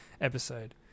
episode